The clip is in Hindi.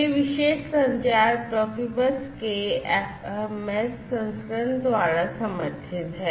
यह विशेष संचार Profibus के FMS संस्करण द्वारा समर्थित है